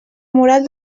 moral